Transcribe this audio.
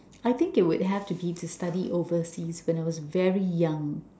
I think it would have to be to study overseas when I was very young